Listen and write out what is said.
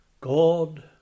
God